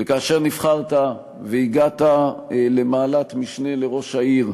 וכאשר נבחרת והגעת למעלת משנה לראש העיר,